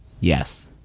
Yes